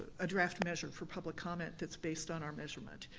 a draft measure for public comment that's based on our measurement.